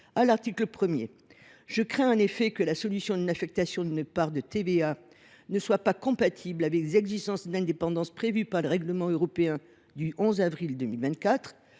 à l’article 1. Je crains en effet que la solution de l’affectation d’une part de TVA ne soit pas compatible avec l’exigence d’indépendance prévue par le règlement européen du 11 avril 2024.